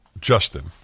Justin